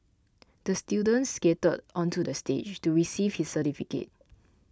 the student skated onto the stage to receive his certificate